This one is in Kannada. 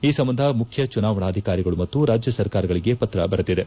ಈ ಸಂಬಂಧ ಮುಖ್ಯ ಚುನಾವಣಾಧಿಕಾರಿಗಳು ಮತ್ತು ರಾಜ್ಯ ಸರ್ಕಾರಗಳಿಗೆ ಪತ್ರ ಬರೆದಿದೆ